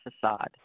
facade